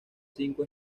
cinco